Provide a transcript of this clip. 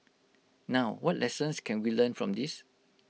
now what lessons can we learn from this